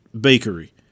bakery